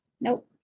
Nope